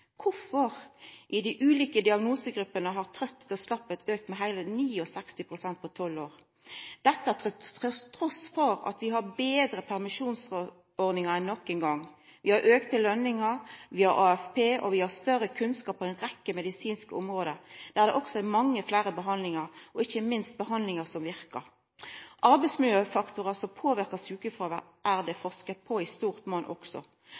har trøyttleik og slappheit auka med heile 69 pst. i dei ulike diagnosegruppene på tolv år? Dette har skjedd trass i at vi har betre permisjonsordningar enn nokon gong. Vi har auka lønningar, vi har AFP, og vi har større kunnskap på ei rekkje medisinske område, der det òg er mange fleire behandlingar, og ikkje minst behandlingar som verkar. Arbeidsmiljøfaktorar som påverkar sjukefråværet, er det òg forska på i